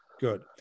Good